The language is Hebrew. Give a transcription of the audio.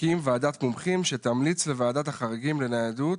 לעניין זה שר הביטחון ועדת מומחים שתמליץ לוועדת החריגים לניידות